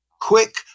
quick